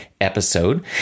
episode